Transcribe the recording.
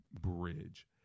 bridge